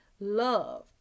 love